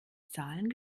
zahlen